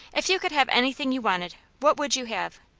if you could have anything you wanted, what would you have?